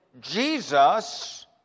Jesus